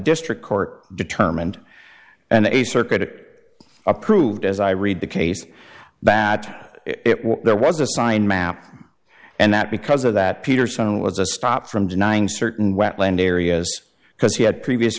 district court determined and a circuit it approved as i read the case that it was there was a signed map and that because of that peterson was a stop from denying certain wetland areas because he had previous